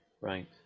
right